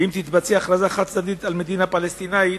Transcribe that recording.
אם תתבצע הכרזה חד-צדדית על מדינה פלסטינית,